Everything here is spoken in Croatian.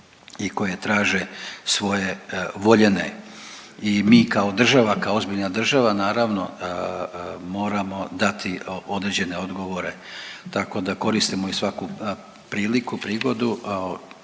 i koje traže svoje voljene. I mi kao država, kao ozbiljna država naravno da moramo dati određene odgovore tako da koristimo i svaku priliku, prigodu